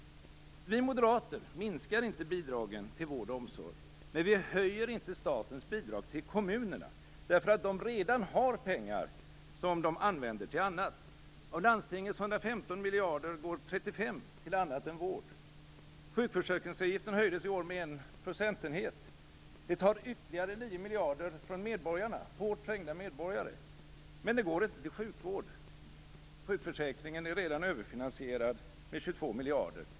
Vi moderater minskar inte bidragen till vård och omsorg. Men vi höjer inte statens bidrag till kommunerna, därför att de redan har pengar som de använder till annat. Av landstingens 115 miljarder går 35 miljarder till annat än vård. Sjukförsäkringsavgiften höjdes i år med en procentenhet. Det tar ytterligare 9 miljarder från hårt trängda medborgare, men det går inte till sjukvård. Sjukförsäkringen är redan överfinansierad med 22 miljarder.